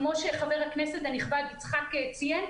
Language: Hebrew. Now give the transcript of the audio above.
כמו שחבר הכנסת הנכבד יצחק ציין,